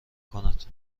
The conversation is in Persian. کند